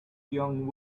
young